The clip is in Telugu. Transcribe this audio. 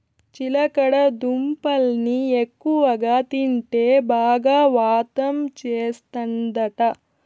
చిలకడ దుంపల్ని ఎక్కువగా తింటే బాగా వాతం చేస్తందట